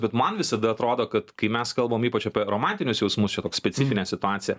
bet man visada atrodo kad kai mes kalbam ypač apie romantinius jausmus čia toks specifinė situacija